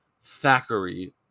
Thackeray